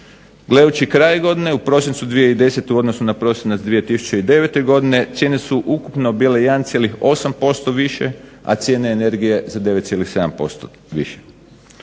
Gledajući kraj godine u prosincu 2010. u odnosu na prosinac 2009. godine cijene su ukupno bile 1,8% više a cijene energije za 9,7% više.